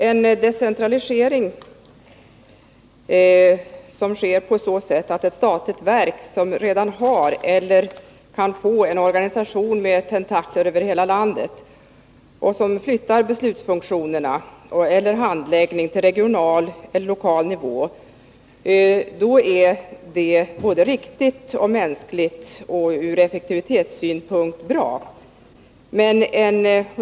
En decentralisering som sker på så sätt att t.ex. ett statligt verk med en organisation med tentakler över hela landet flyttar över beslutsfunktioner och handläggning till regional och lokal nivå är både riktig, mänsklig och ur effektivitetssynpunkt bra.